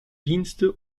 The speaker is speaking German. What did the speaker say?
dienste